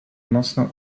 mocno